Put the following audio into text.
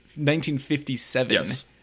1957